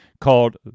called